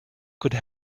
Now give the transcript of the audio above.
could